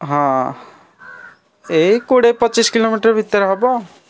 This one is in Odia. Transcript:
ହଁ ଏଇ କୋଡ଼ିଏ ପଚିଶ କିଲୋମିଟର୍ ଭିତରେ ହେବ